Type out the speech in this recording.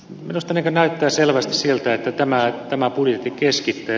minusta näyttää selvästi siltä että tämä budjetti keskittää